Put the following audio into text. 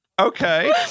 Okay